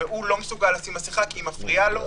והוא לא מסוגל לשים מסכה כי היא מפריעה לו,